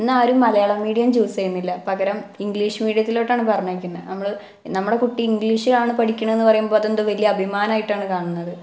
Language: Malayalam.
ഇന്നാരും മലയാളം മീഡിയം ചൂസ് ചെയ്യുന്നില്ല പകരം ഇംഗ്ലീഷ് മീഡിയത്തിലോട്ടാണ് പറഞ്ഞയക്കുന്നത് നമ്മള് നമ്മുടെ കുട്ടി ഇംഗ്ലീഷിലാണ് പഠിക്കുന്നതെന്ന് പറയുമ്പോള് അതെന്തോ വലിയ അഭിമാനമായിട്ടാണ് കാണുന്നത്